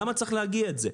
למה צריך להגיע לזה?